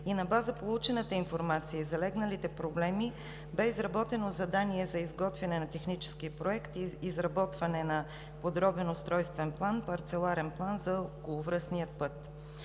На база получената информация и залегналите проблеми бе изработено задание за изготвяне на технически проект и изработване на подробен устройствен план – парцеларен план за околовръстния път.